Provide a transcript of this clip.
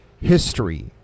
history